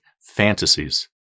fantasies